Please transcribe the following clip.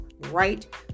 right